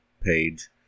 page